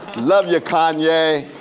love you kanye.